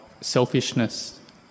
selfishness